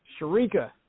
Sharika